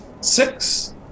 Six